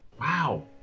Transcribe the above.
wow